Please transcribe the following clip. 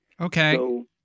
Okay